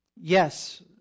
Yes